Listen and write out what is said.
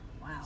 Wow